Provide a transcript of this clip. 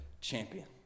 champion